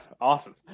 awesome